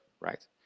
right